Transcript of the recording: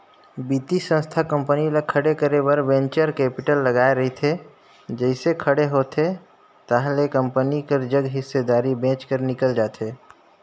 बित्तीय संस्था कंपनी ल खड़े करे बर वेंचर कैपिटल लगाए रहिथे जइसे खड़े होथे ताहले कंपनी कर जग हिस्सादारी बेंच कर निकल जाथे